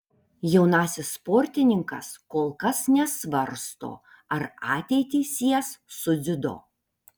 jaunasis sportininkas kol kas nesvarsto ar ateitį sies su dziudo